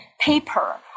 paper